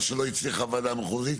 מה שלא הצליחה הוועדה המחוזית,